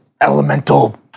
elemental